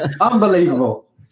unbelievable